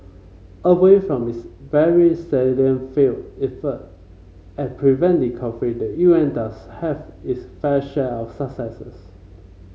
away from its very salient failed effort at preventing conflict the U N does have its fair share of successes